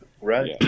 Right